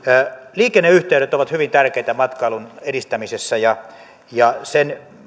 liikenneyhteydet ovat hyvin tärkeitä matkailun edistämisessä ja ja sen